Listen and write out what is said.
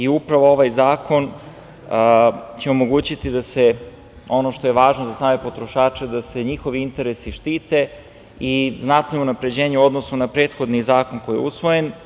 Upravo ovaj zakon će omogućiti da se ono što je važno za same potrošače, da se njihovi interesi štite i znatno je unapređenje u odnosu na prethodni zakon koji je usvojen.